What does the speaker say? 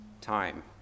time